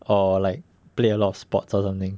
or like play a lot of sports or something